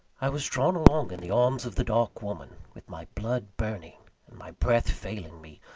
i was drawn along in the arms of the dark woman, with my blood burning and my breath failing me,